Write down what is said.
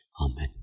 Amen